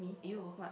you